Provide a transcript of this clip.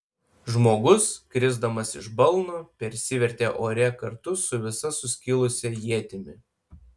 žmogus krisdamas iš balno persivertė ore kartu su visa suskilusia ietimi